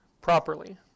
properly